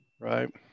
right